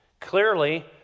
Clearly